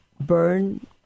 burn